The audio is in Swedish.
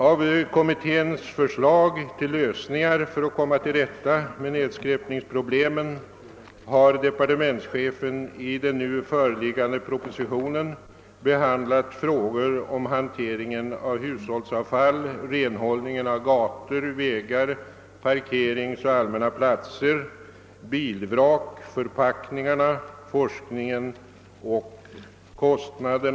Av kommitténs förslag till lösningar för att komma till rätta med nedskräpningsproblemen har departementschefen i den nu föreliggande propositionen behandlat frågor om hanteringen av hushållsavfall, renhållningen av gator, vägar, parkeringsoch allmänna platser, bilvrak, förpackningar, forskning och kostnader.